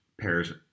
pairs